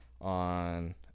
on